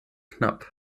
knapp